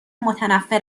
متنفّر